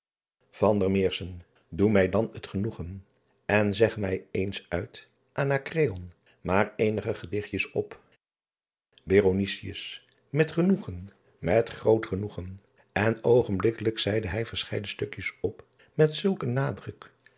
oe mij dan t genoegen en zeg mij eens uit nacreon maar eenige gedichtjes op et genoegen met groot genoegen en oogenblikkelijk zeide hij verscheiden stukjes op met zulk een nadruk